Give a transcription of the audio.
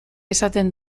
esaten